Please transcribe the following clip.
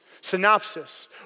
Synopsis